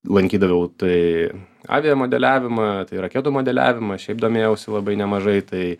lankydaviau tai avia modeliavimą tai raketų modeliavimą šiaip domėjausi labai nemažai tai